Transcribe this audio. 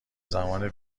زمان